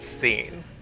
scene